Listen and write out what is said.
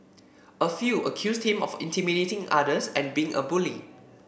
a few accused him of intimidating others and being a bully